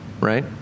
Right